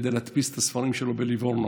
כדי להדפיס את הספרים שלו בליבורנו